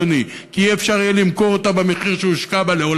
אדוני: כי לעולם לא יהיה אפשר למכור אותה במחיר שהושקע בה.